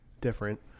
different